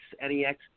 N-E-X